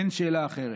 אין שאלה אחרת.